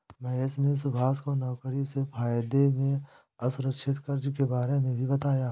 महेश ने सुभाष को नौकरी से फायदे में असुरक्षित कर्ज के बारे में भी बताया